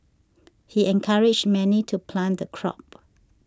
he encouraged many to plant the crop